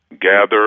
gather